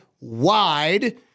wide